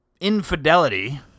infidelity